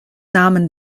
namen